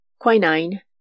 quinine